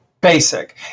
Basic